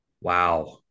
wow